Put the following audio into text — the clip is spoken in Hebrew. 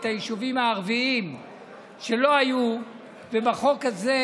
התקופה עומדת על שנה וחצי,